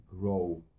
grow